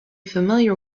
familiar